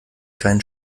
keinen